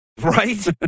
right